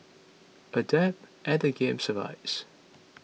adapt and the game survives